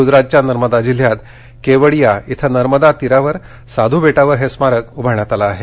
गुजरातच्या नर्मदा जिल्ह्यात केवडिया इथं नर्मदा तीरावर साधु बेटावर हे स्मारक उभारण्यात आलं आहे